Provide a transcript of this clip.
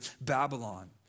Babylon